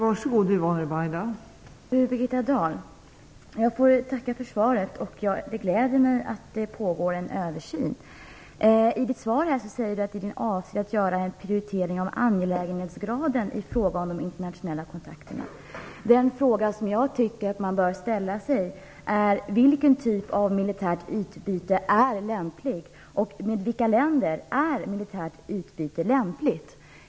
Fru talman! Jag får tacka för svaret. Det gläder mig att det pågår en översyn. I försvarsministerns svar säger han att han avser att göra en prioritering av angelägenhetsgraden i fråga om de internationella kontakterna. Den fråga som jag tycker att man bör ställa sig är: Vilken typ av militärt utbyte är lämplig, och med vilka länder är militärt utbyte lämpligt?